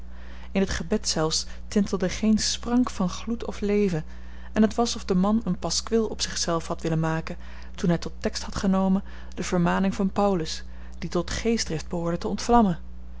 in het gebed zelfs tintelde geen sprank van gloed of leven en het was of de man een paskwil op zich zelf had willen maken toen hij tot tekst had genomen de vermaning van paulus die tot geestdrift behoorde te ontvlammen